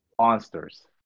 monsters